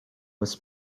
was